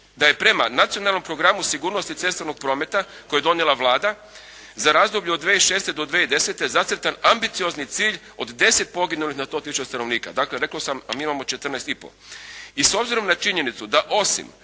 da je prema Nacionalnom programu sigurnosti cestovnog prometa koji je donijela Vlada za razdoblje od 2006. do 2010. zacrtan ambiciozni cilj od 10 poginulih na 100 tisuća stanovnika, dakle rekao sam a mi imamo 14,5. I s obzirom na činjenicu da osim